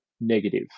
Negative